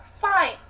fine